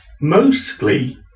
mostly